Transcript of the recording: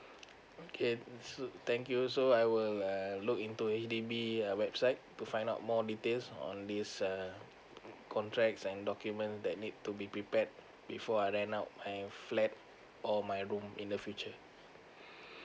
okay s~ thank you so I will uh look into H_D_B website to find out more details on this uh contracts and document that need to be prepared before I rent out I'm flat or my room in the future